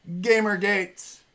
Gamergate